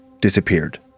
disappeared